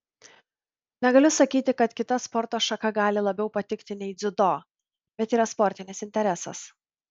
negaliu sakyti kad kita sporto šaka gali labiau patikti nei dziudo bet yra sportinis interesas